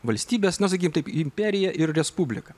valstybės nu sakykim taip imperija ir respublika